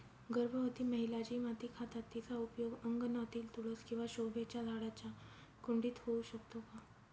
गर्भवती महिला जी माती खातात तिचा उपयोग अंगणातील तुळस किंवा शोभेच्या झाडांच्या कुंडीत होऊ शकतो का?